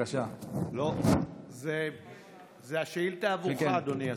זו שאילתה עבורך, אדוני השר.